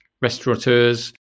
restaurateurs